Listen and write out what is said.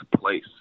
place